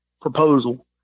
proposal